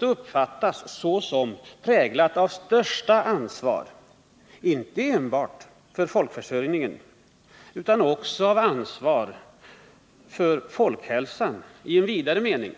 uppfattas såsom präglat av största ansvar, inte enbart för folkförsörjningen utan också för folkhälsan i en vidare mening.